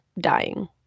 dying